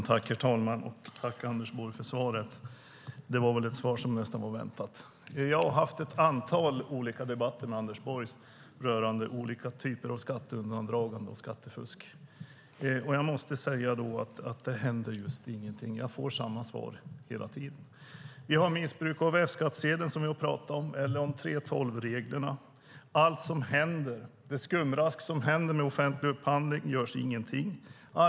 Herr talman! Tack, Anders Borg, för svaret! Det var väl ett svar som nästan var väntat. Jag har haft ett antal olika debatter med Anders Borg rörande olika typer av skatteundandragande och skattefusk. Jag måste säga att det just inte händer någonting. Jag får samma svar hela tiden. Vi har missbruk av F-skattsedeln, som vi har pratat om, och 3:12-reglerna. Allt som händer, skumrasket i offentliga upphandlingar, görs det ingenting åt.